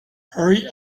hurry